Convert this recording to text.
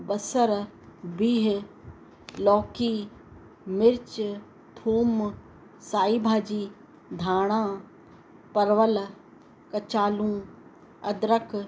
बसर बीह लौकी मिर्च थूम साई भाजी धांणा परवल कचालू अदरक